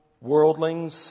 worldlings